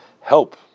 help